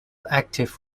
active